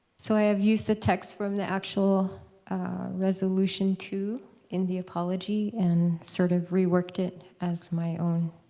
so i have used the text from the actual resolution two in the apology and sort of reworked it as my own.